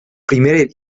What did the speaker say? primer